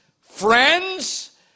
friends